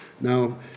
Now